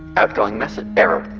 outgoing message-error.